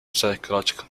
psychological